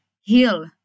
heal